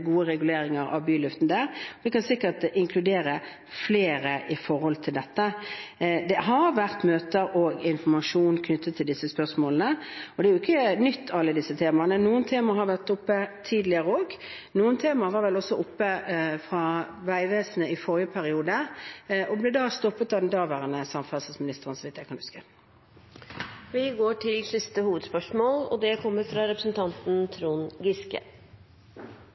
gode reguleringer for byluften der. Vi kan sikkert inkludere flere i dette. Det har vært møter og informasjon knyttet til disse spørsmålene, og alle disse temaene er jo ikke nye. Noen temaer har også vært oppe tidligere. Noen temaer var vel også oppe fra Vegvesenets side i forrige periode, og det ble da stoppet av den daværende samferdselsministeren – så vidt jeg kan huske. Vi går til siste hovedspørsmål. I 2013 overtok Høyre og